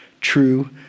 true